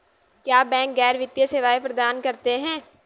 क्या बैंक गैर वित्तीय सेवाएं प्रदान करते हैं?